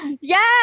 Yes